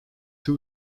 two